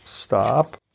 stop